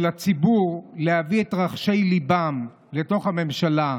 הציבור להביא את רחשי ליבם לתוך הממשלה,